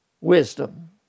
wisdom